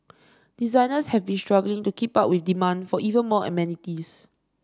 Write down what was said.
designers have been struggling to keep up with demand for even more amenities